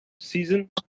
season